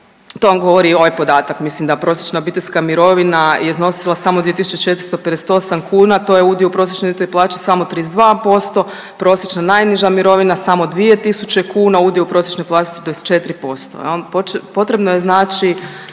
To vam govori i ovaj podatak mislim da prosječna obiteljska mirovina je iznosila samo 2.458 kuna to je udio u prosječnoj … plaći samo 32%, prosječna najniža mirovina samo 2.000 kuna, udio u prosječnoj plaći 24%. Potrebno je znači